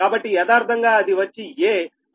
కాబట్టి యదార్ధంగా అది వచ్చి a